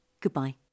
goodbye